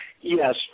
Yes